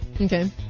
okay